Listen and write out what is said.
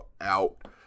out